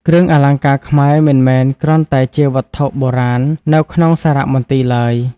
គ្រឿងអលង្ការខ្មែរមិនមែនគ្រាន់តែជាវត្ថុបុរាណនៅក្នុងសារមន្ទីរឡើយ។